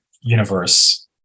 universe